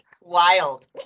Wild